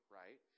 right